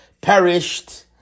perished